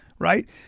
Right